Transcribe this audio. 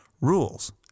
Rules